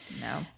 No